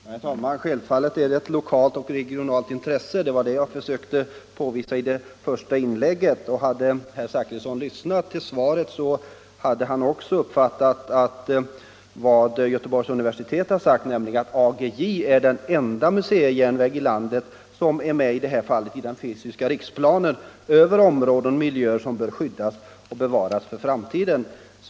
Om studieordning Herr talman! Självfallet är det ett lokalt och regionalt intresse — det — en för tandläkarvar det jag försökte påvisa i mitt första inlägg. Och om herr Zachrisson = studerande lyssnat hade han också uppfattat vad t.ex. Göteborgs universitet har sagt, nämligen att AGJ är den enda museijärnväg i landet som är med i den fysiska riksplanen över områden och miljöer som bör skyddas och bevaras för framtiden.